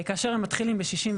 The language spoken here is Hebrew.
כאשר הם מתחילים ב-68%,